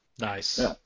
Nice